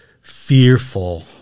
fearful